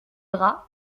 bras